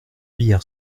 hier